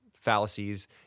fallacies